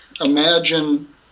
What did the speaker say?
Imagine